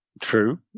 True